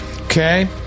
Okay